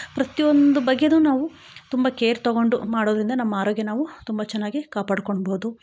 ಪ್ರತಿಯೊಂದು ಬಗೆಯು ನಾವು ತುಂಬ ಕೇರ್ ತೊಗೊಂಡು ಮಾಡೋದ್ರಿಂದ ನಮ್ಮ ಆರೋಗ್ಯ ನಾವು ತುಂಬ ಚೆನ್ನಾಗಿ ಕಾಪಾಡ್ಕೋಳ್ಬೋದು